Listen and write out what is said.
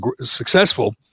successful